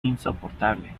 insoportable